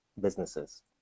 businesses